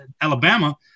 Alabama